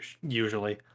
usually